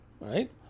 Right